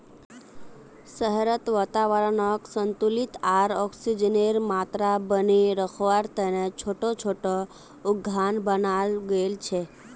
शहरत वातावरनक संतुलित आर ऑक्सीजनेर मात्रा बनेए रखवा तने छोटो छोटो उद्यान बनाल गेल छे